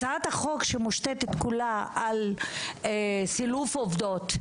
הצעת חוק שמושתתת כולה על סילוף עובדות.